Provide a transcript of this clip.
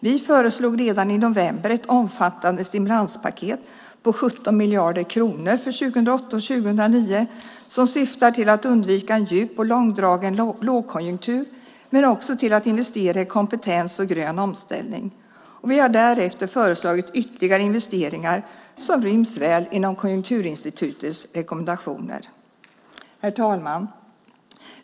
Vi föreslog redan i november ett omfattande stimulanspaket på 17 miljarder kronor för 2008 och 2009 som syftar till att undvika en djup och långdragen lågkonjunktur, men också till att investera i kompetens och grön omställning, och vi har därefter föreslagit ytterligare investeringar som ryms väl inom Konjunkturinstitutets rekommendationer. Herr talman!